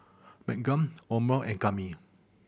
Meaghan Omer and Kami